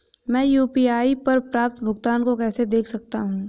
मैं यू.पी.आई पर प्राप्त भुगतान को कैसे देख सकता हूं?